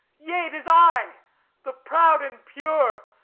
yea, it is i the proud and pure,